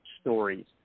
stories